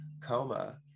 coma